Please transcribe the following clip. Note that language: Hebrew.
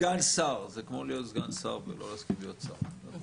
זה כמו להיות סגן שר ולא להסכים להיות שר.